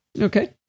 Okay